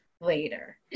later